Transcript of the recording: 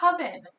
coven